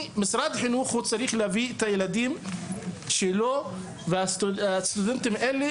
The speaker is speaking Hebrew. משרד החינוך צריך להביא את התלמידים שלו והסטודנטים האלה,